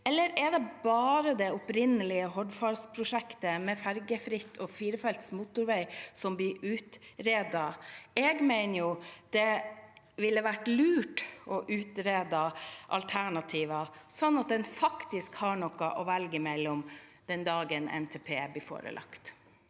eller er det bare det opprinnelige Hordfast-prosjektet, der det er ferjefritt og firefelts motorvei, som blir utredet? Jeg mener det ville vært lurt å utrede alternativer, sånn at en faktisk har noe å velge mellom den dagen NTP blir framlagt.